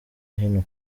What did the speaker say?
hino